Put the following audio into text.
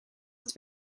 het